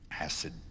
acid